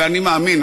ואני מאמין,